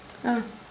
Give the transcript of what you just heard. ah